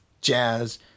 jazz